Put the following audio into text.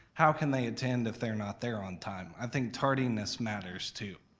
how can they attend if they're not there on time? i think tardiness matters too.